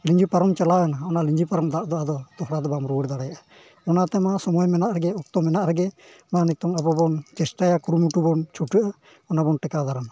ᱞᱤᱸᱜᱤ ᱯᱟᱨᱚᱢ ᱪᱟᱞᱟᱣᱱᱟ ᱚᱱᱟ ᱞᱤᱸᱜᱤ ᱯᱟᱨᱚᱢ ᱫᱟᱜ ᱫᱚ ᱟᱫᱚ ᱫᱚᱦᱲᱟ ᱫᱚ ᱵᱟᱢ ᱨᱩᱣᱟᱹᱲ ᱫᱟᱲᱮᱭᱟᱜᱼᱟ ᱚᱱᱟᱛᱮᱢᱟ ᱥᱚᱢᱚᱭ ᱢᱮᱱᱟᱜ ᱨᱮᱜᱮ ᱚᱠᱛᱚ ᱢᱮᱱᱟᱜ ᱨᱮᱜᱮ ᱢᱟ ᱱᱤᱛᱚᱜ ᱟᱵᱚᱵᱚᱱ ᱪᱮᱥᱴᱟᱭᱟ ᱠᱩᱨᱩᱢᱩᱴᱩ ᱵᱚᱱ ᱪᱷᱩᱴᱟᱹᱜᱼᱟ ᱚᱱᱟᱵᱚᱱ ᱴᱮᱠᱟᱣ ᱫᱟᱨᱟᱢᱟ